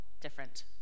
different